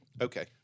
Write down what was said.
Okay